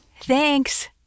Thanks